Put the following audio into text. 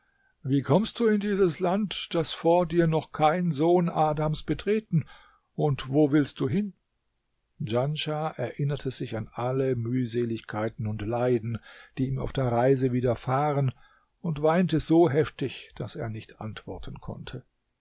wie kommst du in dieses land das vor dir noch kein sohn adams betreten und wo willst du hin djanschah erinnerte sich an alle mühseligkeiten und leiden die ihm auf der reise widerfahren und weinte so heftig daß er nicht antworten konnte